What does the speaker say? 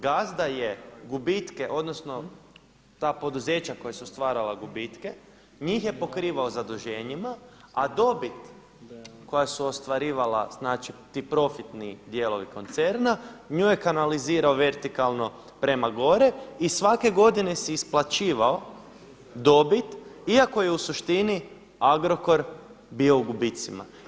Gazda je gubitke, odnosno ta poduzeća koja su stvarala gubitke, njih je pokrivao zaduženjima a dobit koja su ostvarivala, znači ti profitni dijelovi koncerna nju je kanalizirao vertikalno prema gore i svake godine se isplaćivao dobit iako je u suštini Agrokor bio u gubicima.